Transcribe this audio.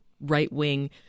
right-wing